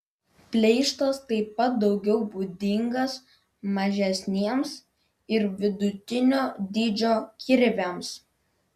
pleištas taip pat daugiau būdingas mažesniems ir vidutinio dydžio kirviams